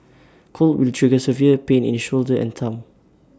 cold will trigger severe pain in shoulder and thumb